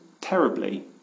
terribly